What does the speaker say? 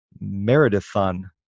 marathon